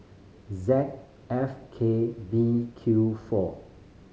Z F K B Q four